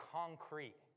concrete